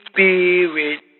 Spirit